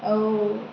ଆଉ